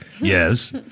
Yes